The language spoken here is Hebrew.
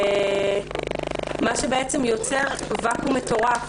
מה שיוצר למעשה ואקום מטורף.